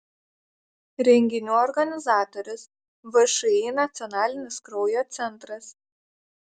renginių organizatorius všį nacionalinis kraujo centras